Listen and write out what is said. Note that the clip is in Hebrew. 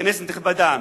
כנסת נכבדה,